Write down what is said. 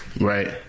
Right